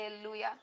Hallelujah